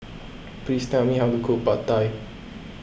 please tell me how to cook Pad Thai